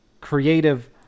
creative